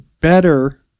better